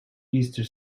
easter